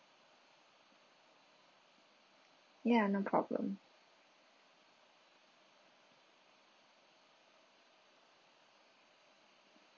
ya no problem